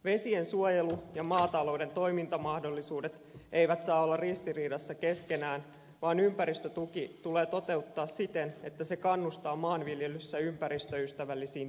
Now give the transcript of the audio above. vesiensuojelu ja maatalouden toimintamahdollisuudet eivät saa olla ristiriidassa keskenään vaan ympäristötuki tulee toteuttaa siten että se kannustaa maanviljelyssä ympäristöystävällisiin viljelykeinoihin